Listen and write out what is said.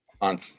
on